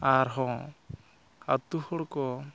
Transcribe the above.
ᱟᱨᱦᱚᱸ ᱟᱛᱳ ᱦᱚᱲ ᱠᱚ